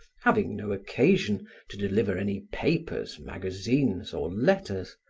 having no occasion to deliver any papers, magazines or letters,